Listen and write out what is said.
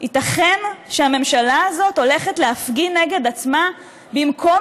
ייתכן שהממשלה הזאת הולכת להפגין נגד עצמה במקום